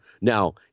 Now